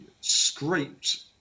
scraped